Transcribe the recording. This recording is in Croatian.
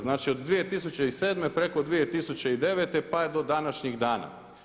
Znači od 2007. preko 2009. pa do današnjih dana.